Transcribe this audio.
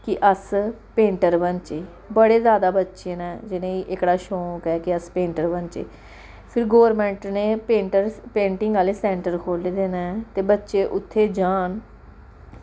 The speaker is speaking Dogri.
कि अस पेंटर बनचे बड़े जैदा बच्चे न जिनेंगी एह्कड़ा शौंक ऐ कि अस पेंटर बनचे फिर गोरमैंट नै एह् पेंटर पेंटिंग आह्ले सैंटर खोल्ले दे न ते बच्चे उत्थें जान